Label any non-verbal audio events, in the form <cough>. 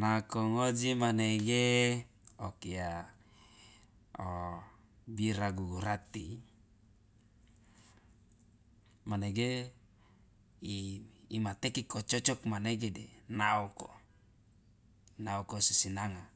Nako ngoji manege <noise> okia o bira gugurati manege i imateke kococok manege de naoko naoko sisinanga